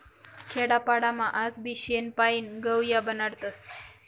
खेडापाडामा आजबी शेण पायीन गव या बनाडतस